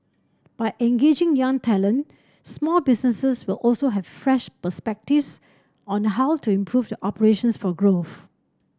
by engaging young talent small businesses will also have fresh perspectives on how to improve the operations for growth